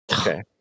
Okay